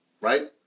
Right